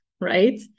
right